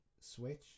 Switch